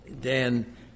Dan